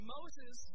Moses